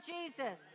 Jesus